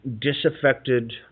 disaffected